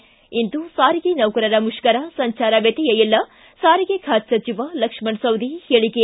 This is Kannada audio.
ಿ ಇಂದು ಸಾರಿಗೆ ನೌಕರರ ಮುಷ್ಕರ ಸಂಚಾರ ವ್ಯತ್ಯಯ ಇಲ್ಲ ಸಾರಿಗೆ ಖಾತೆ ಸಚಿವ ಲಕ್ಷಣ ಸವದಿ ಹೇಳಿಕೆ